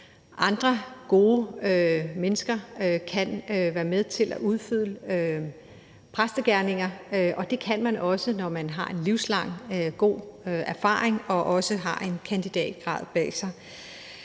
andre gode mennesker kan være med til at udfylde præstegerningen, og det kan man også, når man har en livslang og god erfaring og også har en kandidatgrad bag sig.